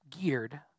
geared